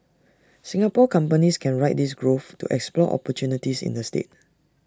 Singapore companies can ride this growth to explore opportunities in the state